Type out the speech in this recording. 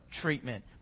treatment